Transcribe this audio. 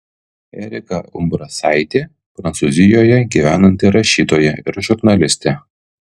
erika umbrasaitė prancūzijoje gyvenanti rašytoja ir žurnalistė